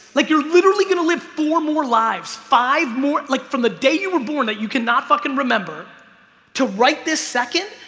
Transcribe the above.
like you're literally gonna live four more lives five more like from the day you were born that you cannot fucking remember right this second.